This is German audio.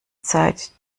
zeit